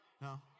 No